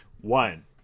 One